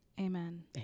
amen